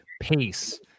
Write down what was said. pace